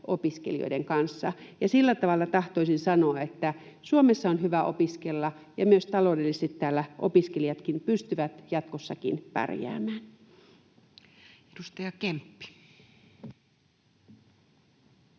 opiskelijoiden kanssa. — Ja sillä tavalla tahtoisin sanoa, että Suomessa on hyvä opiskella ja myös taloudellisesti täällä opiskelijatkin pystyvät jatkossakin pärjäämään. [Speech